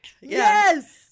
yes